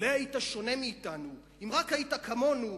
לולא היית שונה מאתנו, אם רק היית כמונו,